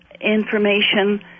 information